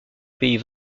pays